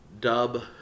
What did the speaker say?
dub